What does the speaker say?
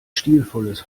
stilvolles